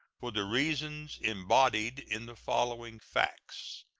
for the reasons embodied in the following facts,